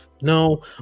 No